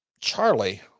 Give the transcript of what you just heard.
Charlie